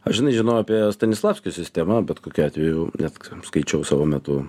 aš žinai žinau apie stanislavskio sistemą bet kokiu atveju net skaičiau savo metu